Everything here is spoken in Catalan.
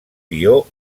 guió